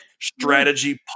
strategy